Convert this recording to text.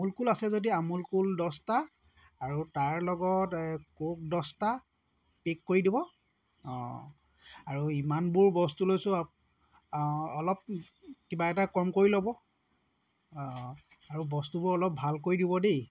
আমুল কুল আছে যদি কুল দহটা আৰু তাৰ লগত এই কোক দহটা পেক কৰি দিব অঁ আৰু ইমানবোৰ বস্তু লৈছোঁ আপুনি অলপ কিবা এটা কম কৰি ল'ব অঁ আৰু বস্তুবোৰ অলপ ভালকৰি দিব দেই